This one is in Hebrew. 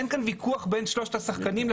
אין כאן ויכוח בין שלושת השחקנים,